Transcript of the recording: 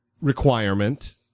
requirement